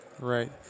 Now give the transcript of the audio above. Right